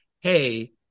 hey